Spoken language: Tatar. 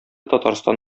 татарстан